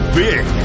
big